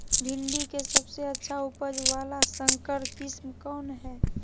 भिंडी के सबसे अच्छा उपज वाला संकर किस्म कौन है?